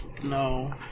no